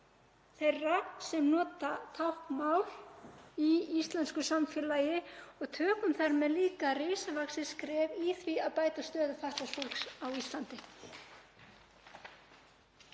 þeirra sem nota táknmál í íslensku samfélagi og tökum þar með líka risavaxið skref í því að bæta stöðu fatlaðs fólks á Íslandi.